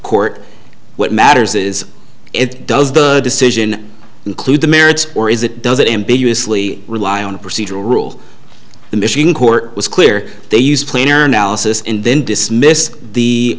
court what matters is it does the decision include the merits or is it does it ambiguously rely on a procedural rule the machine court was clear they used plan or analysis and then dismiss the